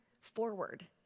forward